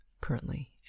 currently